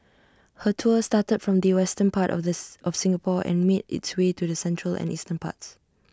her tour started from the western part of the of Singapore and made its way to the central and eastern parts